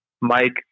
Mike